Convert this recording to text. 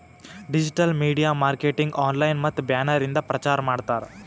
digital media marketing online ಮತ್ತ banner ಇಂದ ಪ್ರಚಾರ್ ಮಾಡ್ತಾರ್